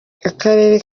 akarere